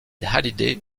hallyday